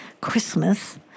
Christmas